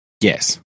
Yes